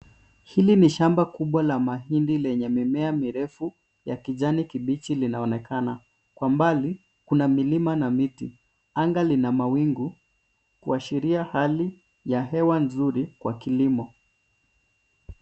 Hili ni shamba kubwa la mahindi lenye mimea mirefu ya kijani kibichi linaonekana, kwa mbali kuna milima na miti, anga lina mawingu kuashiria hali ya hewa nzuri kwa kilimo.